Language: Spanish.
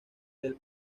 del